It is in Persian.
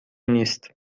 نیست